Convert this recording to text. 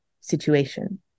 situation